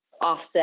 offset